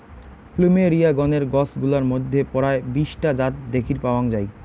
plumeria গণের গছ গুলার মইধ্যে পরায় বিশ টা জাত দ্যাখির পাওয়াং যাই